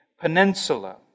Peninsula